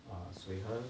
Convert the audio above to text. ah 水和